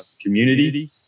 community